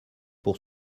pour